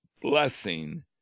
blessing